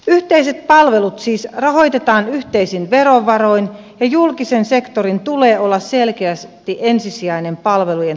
yhteiset palvelut siis rahoitetaan yhteisin verovaroin ja julkisen sektorin tulee olla selkeästi ensisijainen palvelujen tuottaja kunnassa